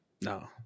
no